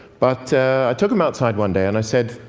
but i took them outside one day and i said,